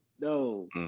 no